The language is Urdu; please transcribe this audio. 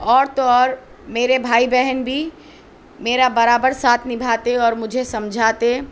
اور تو اور میرے بھائی بہن بھی میرا برابر ساتھ نبھاتے اور مجھے سمجھاتے